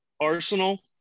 arsenal